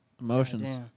Emotions